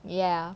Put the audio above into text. ya